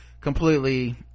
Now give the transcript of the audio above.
completely